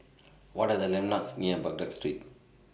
What Are The landmarks near Baghdad Street